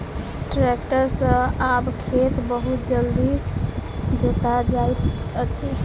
tractor सॅ आब खेत बहुत जल्दी जोता जाइत अछि